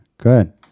Good